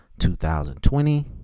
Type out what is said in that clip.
2020